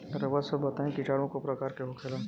रउआ सभ बताई किटाणु क प्रकार के होखेला?